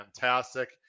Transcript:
fantastic